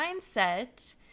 mindset